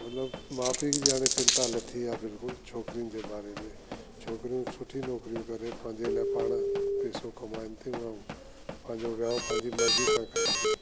मतिलब माउ पीउ जी हाणे चिंता लथी आ बिलकुल छोकरिन जे बारे में छोकरियूं सुठियूं नौकरियूं करे पांज़े लाए पाण पेसो कमाइन थियूं अऊं पांजो विहाव पांजी मरजीअ सां कन तियूं